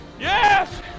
Yes